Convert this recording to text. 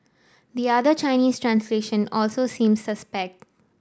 the other Chinese translation also seems suspect